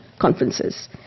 conferences